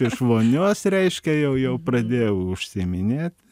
iš vonios reiškia jau jau pradėjau užsiiminėti